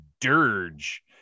dirge